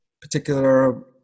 particular